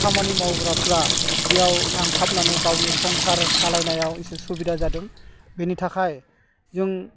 खामानि मावग्राफ्रा बेयाव नांथाबनानै गावनि संसार सालायनायाव इसे सुबिदा जादों बिनि थाखाय जों